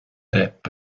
rap